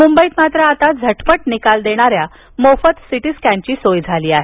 मुंबईत मात्र आता झटपट निकाल देणार्याल मोफत सिटीस्कॅनची सोय झाली आहे